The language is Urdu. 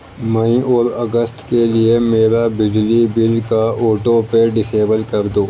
مئی اور اگست کے لیے میرا بجلی بل کا آٹو پے ڈسیبل کر دو